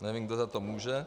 Nevím, kdo za to může.